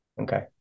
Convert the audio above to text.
Okay